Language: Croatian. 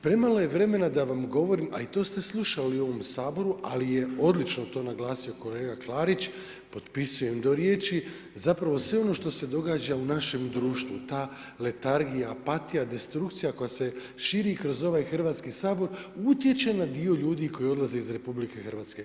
Premalo je vremena da vam govorim, a i to ste slušali u ovom Saboru, ali je odlično to naglasio kolega Klarić, potpisujem do riječi, zapravo, sve ono što se događa u našem društvu, ta letargija, empatija, destrukcija, koja se širi kroz ovaj Hrvatski sabor, utječe na dio ljudi koji odlaze iz RH.